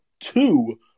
Two